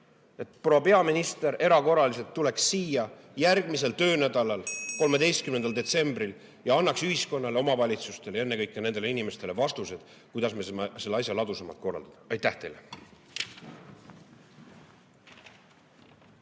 et proua peaminister erakorraliselt tuleks siia järgmisel töönädalal, 13. detsembril ja annaks ühiskonnale, omavalitsustele ja ennekõike nendele inimestele vastused, kuidas me saame selle asja ladusamalt korraldada. Aitäh teile!